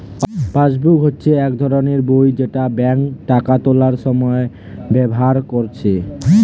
passbook হচ্ছে এক ধরণের বই যেটা বেঙ্কে টাকা তুলার সময় ব্যাভার কোরছে